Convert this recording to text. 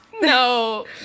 No